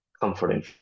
comforting